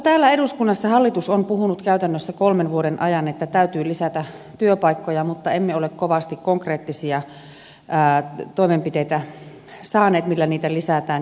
täällä eduskunnassa hallitus on puhunut käytännössä kolmen vuoden ajan että täytyy lisätä työpaikkoja mutta emme ole kovasti konkreettisia toimenpiteitä saaneet millä niitä lisätään